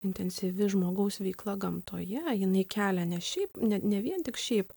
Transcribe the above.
intensyvi žmogaus veikla gamtoje jinai kelia ne šiaip ne ne vien tik šiaip